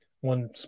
One